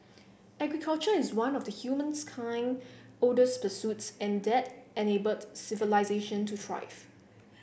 agriculture is one of humanskind oldest pursuits and that enabled civilisation to thrive